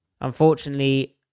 Unfortunately